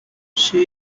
she